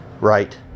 Right